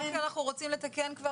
אנחנו רק רוצים לתקן.